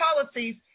policies